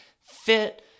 fit